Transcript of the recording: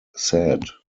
said